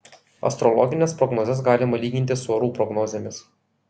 astrologines prognozes galima lyginti su orų prognozėmis